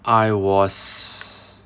I was